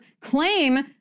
claim